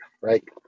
right